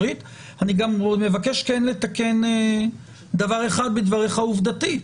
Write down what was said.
אני גם מבקש כן לתקן דבר אחד בדבריך עובדתית,